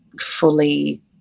fully